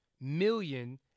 million